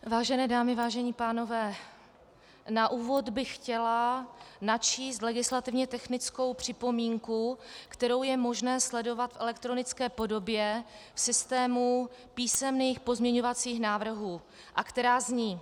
Vážené dámy, vážení pánové, na úvod bych chtěla načíst legislativně technickou připomínku, kterou je možné sledovat v elektronické podobě v systému písemných pozměňovacích návrhů a která zní: